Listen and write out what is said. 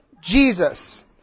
Jesus